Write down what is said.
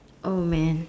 oh man